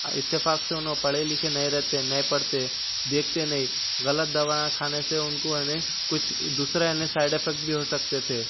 اتفاق سے انوں پڑھے لکھے نہیں رہتے نہیں پڑھتے دیکھتے نہیں غلط دوائیاں کھانے سے ان کو یعنی کچھ دوسرا یعنی سائڈ افکٹ بھی ہو سکتے تھے